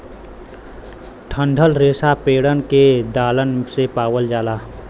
डंठल रेसा पेड़न के डालन से पावल जाला